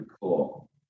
cool